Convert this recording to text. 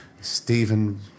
Stephen